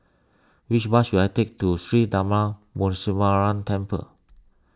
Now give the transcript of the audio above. which bus should I take to Sri Darma Muneeswaran Temple